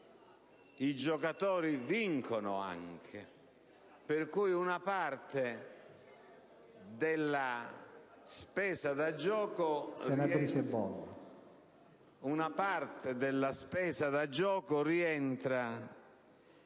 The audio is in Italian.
i giocatori vincono, anche: quindi una parte della spesa da gioco rientra